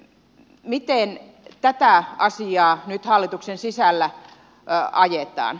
miten tätä asiaa nyt hallituksen sisällä ajetaan